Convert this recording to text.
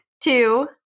two